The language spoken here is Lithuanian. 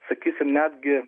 sakysim netgi